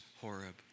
Horeb